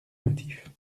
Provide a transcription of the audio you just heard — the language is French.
motif